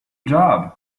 job